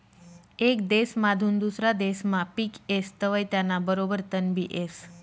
येक देसमाधून दुसरा देसमा पिक येस तवंय त्याना बरोबर तणबी येस